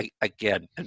again